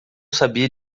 sabia